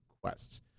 quests